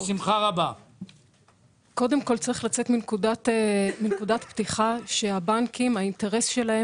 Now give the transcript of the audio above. צריך לצאת מנקודת פתיחה שהאינטרס של הבנקים,